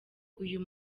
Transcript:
uyu